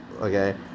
okay